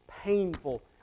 painful